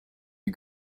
you